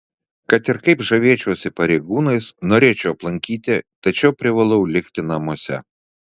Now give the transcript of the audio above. kad ir kaip žavėčiausi pareigūnais norėčiau aplankyti tačiau privalau likti namuose